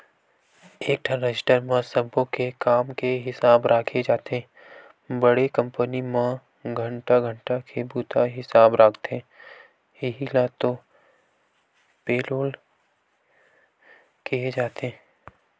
एकठन रजिस्टर म सब्बो के काम के हिसाब राखे जाथे बड़े कंपनी म घंटा घंटा के बूता हिसाब राखथे इहीं ल तो पेलोल केहे जाथे